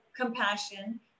compassion